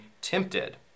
tempted